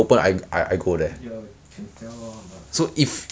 you positioning 是可以 habitual 的吗不可以 meh